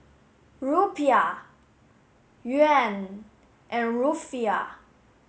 Rupiah Yuan and Rufiyaa